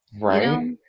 Right